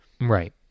Right